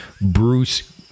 Bruce